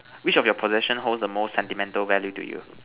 which of your possession holds the most sentimental value to you